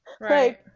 right